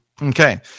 Okay